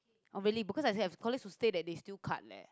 oh really because I have colleague to say that they still cut leh